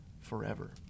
forever